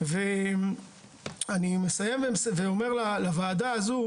אני מסיים ואומר לוועדה הזו,